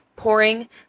pouring